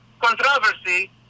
controversy